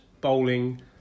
Bowling